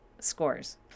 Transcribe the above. scores